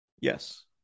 Yes